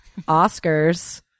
Oscars